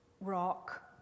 rock